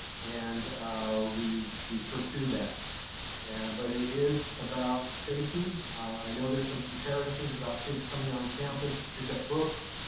and we we pursue that and but it is about safety. i know there's some comparisons about kids coming on campus to pick up books,